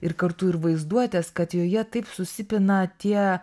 ir kartu ir vaizduotės kad joje taip susipina tie